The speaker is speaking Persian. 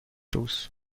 روز